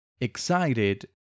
excited